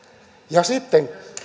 ja sitten